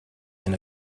been